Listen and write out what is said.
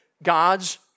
God's